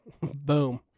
Boom